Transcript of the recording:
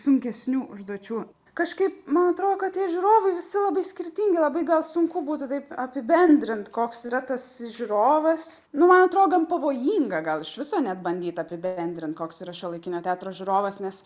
sunkesnių užduočių kažkaip man atrodo kad tie žiūrovai visi labai skirtingi labai gal sunku būtų taip apibendrint koks yra tas žiūrovas nu man atrodo gan pavojinga gal iš viso net bandyt apibendrint koks yra šiuolaikinio teatro žiūrovas nes